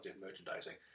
merchandising